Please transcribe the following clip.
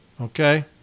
Okay